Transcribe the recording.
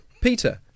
Peter